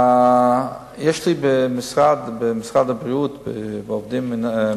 יש במשרד הבריאות שישה,